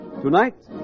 Tonight